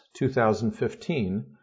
2015